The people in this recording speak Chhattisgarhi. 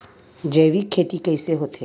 जैविक खेती कइसे होथे?